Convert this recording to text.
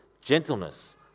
gentleness